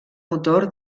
motor